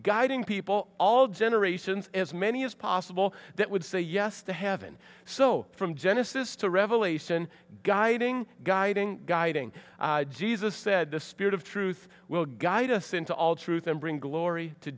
guiding people all generations as many as possible that would say yes to heaven so from genesis to revelation guiding guiding guiding jesus said the spirit of truth will guide us into all truth and bring glory to